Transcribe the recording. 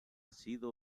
sido